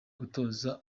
gutoza